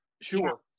sure